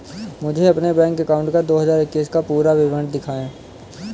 मुझे अपने bank account का दो हज़ार इक्कीस का पूरा विवरण दिखाएँ?